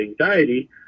anxiety